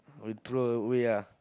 we throw away ah